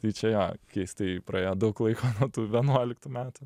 tai čia jo keistai praėjo daug laiko nuo tų vienuoliktų metų